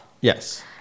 Yes